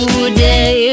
Today